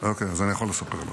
אוקיי, אז אני יכול לספר לך.